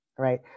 right